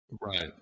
Right